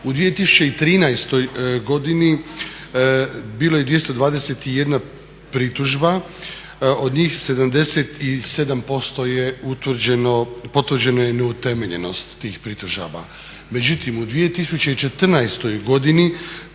u 2013. godini bilo je 221 pritužba. Od njih 77% je utvrđeno, potvrđeno je neutemeljenost tih pritužaba. Međutim, u 2014. godini